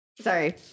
sorry